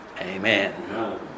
Amen